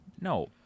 No